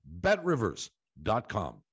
BetRivers.com